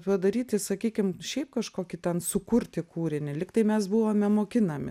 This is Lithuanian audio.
padaryti sakykim šiaip kažkokį ten sukurti kūrinį lyg tai mes buvome mokinami